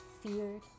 feared